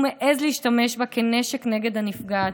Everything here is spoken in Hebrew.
הוא מעז להשתמש בה כנשק נגד הנפגעת,